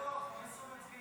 לא, 15 מצביעים.